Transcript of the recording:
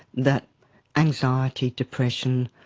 that anxiety, depression,